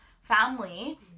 family